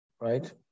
right